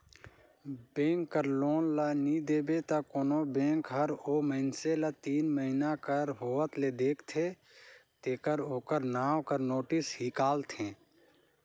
bank कर loan ल नी देबे त कोनो बेंक हर ओ मइनसे ल तीन महिना कर होवत ले देखथे तेकर ओकर नांव कर नोटिस हिंकालथे